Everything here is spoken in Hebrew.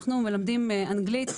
אנחנו מלמדים אנגלית,